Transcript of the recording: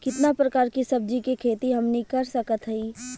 कितना प्रकार के सब्जी के खेती हमनी कर सकत हई?